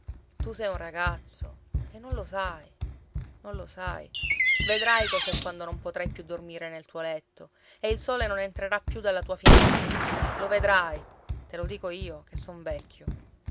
tu sei un ragazzo e non lo sai non lo sai vedrai cos'è quando non potrai più dormire nel tuo letto e il sole non entrerà più dalla tua finestra lo vedrai te lo dico io che son vecchio